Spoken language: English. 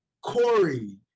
Corey